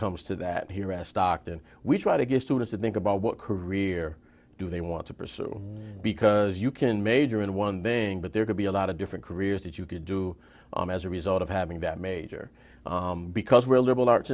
comes to that he rest octon we try to get students to think about what career do they want to pursue because you can major in one thing but there could be a lot of different careers that you could do as a result of having that major because we're a liberal arts